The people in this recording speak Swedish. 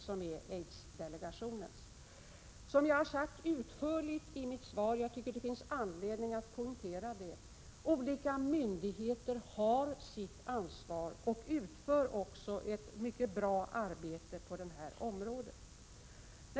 Som jag har utförligt redovisat i mitt svar — jag tycker det finns anledning att poängtera detta — har olika myndigheter sitt ansvar och utför ett mycket bra arbete på detta område.